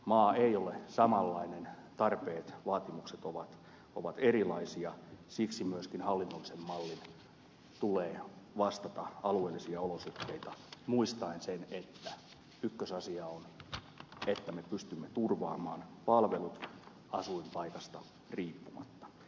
maa ei ole samanlainen tarpeet vaatimukset ovat erilaisia siksi myöskin hallinnollisen mallin tulee vastata alueellisia olosuhteita muistaen sen että ykkösasia on että me pystymme turvaamaan palvelut asuinpaikasta riippumatta